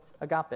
agape